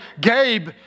Gabe